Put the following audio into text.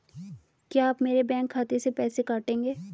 क्या आप मेरे बैंक खाते से पैसे काटेंगे?